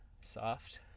soft